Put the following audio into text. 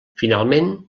finalment